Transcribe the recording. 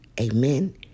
Amen